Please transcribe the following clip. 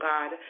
God